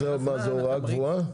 זאת הוראה קבועה?